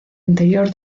interior